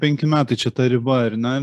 penki metai čia ta riba ar ne